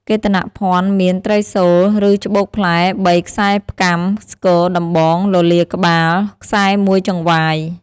កេតនភណ្ឌមាន ត្រីសូល៍ ឬច្បូកផ្លែ ៣ ខ្សែផ្គាំ ស្គរ ដំបង លលាដ៍ក្បាល ខ្សែ១ចង្វាយ។